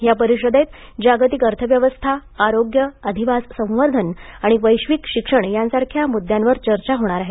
या परिषदेत जागितक अर्थव्यवस्था आरोग्य अधिवास संवर्धन आणि वैबिक शिक्षण यासारख्या मुद्द्यांवर चर्चा होणार आहे